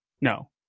No